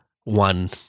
one